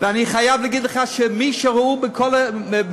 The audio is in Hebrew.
אני חייב להגיד לך שאת מי ראו בבתי-החולים?